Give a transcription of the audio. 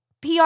PR